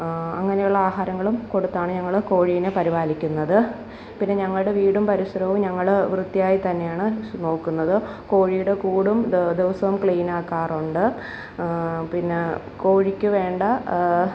അങ്ങനെയുള്ള ആഹാരങ്ങളും കൊടുത്താണ് ഞങ്ങൾ കോഴീനെ പരിപാലിക്കുന്നത് പിന്നെ ഞങ്ങളുടെ വീടും പരിസരവും ഞങ്ങൾ വൃത്തിയായി തന്നെയാണ് സ് നോക്കുന്നത് കോഴിയുടെ കൂടും ദി ദിവസവും ക്ലീനാക്കാറുണ്ട് പിന്നെ കോഴിക്കു വേണ്ട